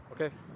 Okay